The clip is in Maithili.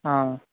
हॅं